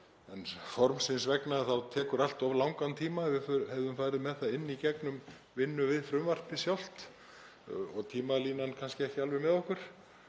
en formsins vegna þá hefði það tekið allt of langan tíma ef við hefðum farið með það inn í gegnum vinnu við frumvarpið sjálft og tímalínan kannski ekki alveg með okkur,